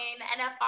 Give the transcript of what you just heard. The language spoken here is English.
NFR